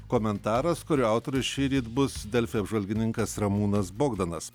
komentaras kurio autorius šįryt bus delfi apžvalgininkas ramūnas bogdanas